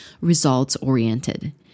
results-oriented